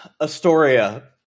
Astoria